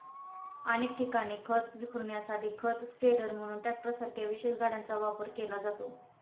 अनेक ठिकाणी खत विखुरण्यासाठी खत स्प्रेडर म्हणून ट्रॅक्टरसारख्या विशेष गाडीचा वापर केला जातो